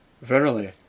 Verily